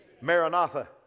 Maranatha